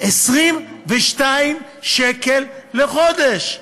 22 שקל לחודש.